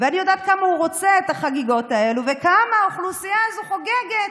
ואני יודעת כמה הוא רוצה את החגיגות האלה וכמה האוכלוסייה הזו חוגגת